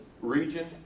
region